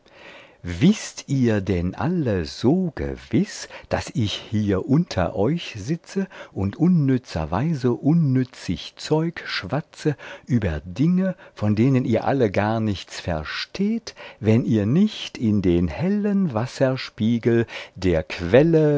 wißt ihr alle denn so gewiß daß ich hier unter euch sitze und unnützerweise unnützig zeug schwatze über dinge von denen ihr alle gar nichts versteht wenn ihr nicht in den hellen wasserspiegel der quelle